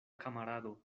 kamarado